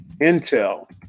Intel